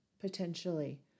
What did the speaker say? potentially